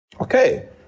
Okay